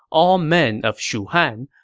all men of shu-han,